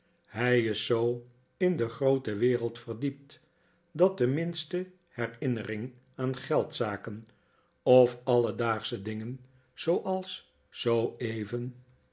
hij is zoo in de groote wereld verdiept dat de minste herinnering aan geldzaken of alledaagsche dingen zooals zooeven van